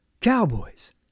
cowboys